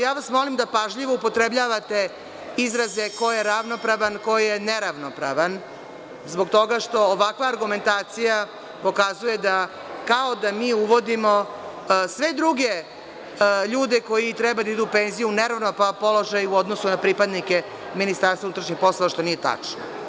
Ja vas molim da pažljivo upotrebavate izraze ko je ravnopravan, ko je neravnopravan, zbog toga što ovakva argumentacija pokazuje da kao da mi uvodimo sve druge ljude koji treba da idu u penziju u neravnopravan položaj u odnosu na pripadnike Ministarstva unutrašnjih poslova, što nije tačno.